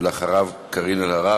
ואחריו, קארין אלהרר.